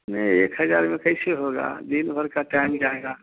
नहीं एक हज़ार में कैसे होगा दिन भर का टाइम जाएगा